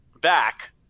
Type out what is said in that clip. back